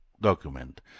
document